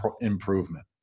improvement